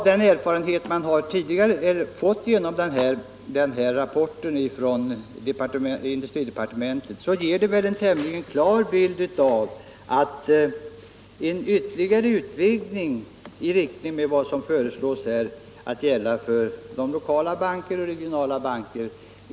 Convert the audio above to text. Den här rapporten från industridepartementet ger väl en tämligen klar bild av att det inte finns motiv för en utvidgning av den offentliga styrelserepresentationen till att gälla även för lokala och regionala banker.